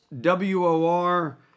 WOR